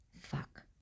Fuck